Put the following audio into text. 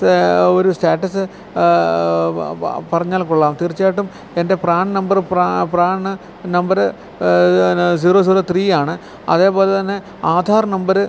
ഒരു സ്റ്റാറ്റസ് പറഞ്ഞാൽ കൊള്ളാം തീർച്ചയായിട്ടും എൻ്റെ പ്രാൺ നമ്പർ പ്രാൺ നമ്പർ പിന്നെ സീറോ സീറോ ത്രീ ആണ് അതേ പോലെ തന്നെ ആധാർ നമ്പർ